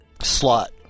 Slot